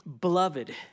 Beloved